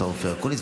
השר אופיר אקוניס,